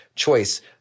choice